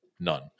none